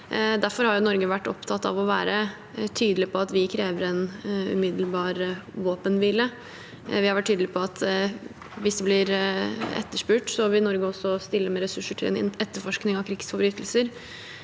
Derfor har Norge vært opptatt av å være tydelig på at vi krever en umiddelbar våpenhvile. Vi har vært tydelige på at hvis det blir etterspurt, vil Norge også stille med ressurser til en etterforskning av krigsforbrytelser